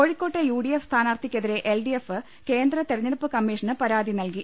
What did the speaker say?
കോഴിക്കോട്ടെ U D F സ്ഥാനാർത്ഥിക്കെതിരെ L D F കേന്ദ്ര തെരഞ്ഞെടുപ്പ് കമ്മീഷന് പരാതി നൽകി